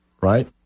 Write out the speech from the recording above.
right